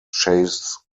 chase